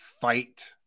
fight